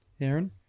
Aaron